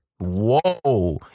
whoa